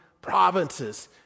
provinces